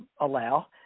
allow